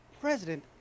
president